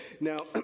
Now